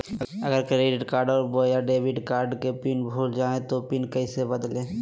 अगर हम क्रेडिट बोया डेबिट कॉर्ड के पिन भूल जइबे तो पिन कैसे बदलते?